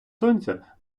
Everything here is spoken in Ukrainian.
сонця